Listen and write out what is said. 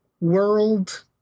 world